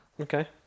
Okay